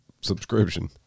subscription